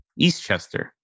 Eastchester